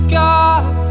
god